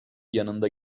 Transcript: yanında